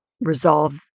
resolve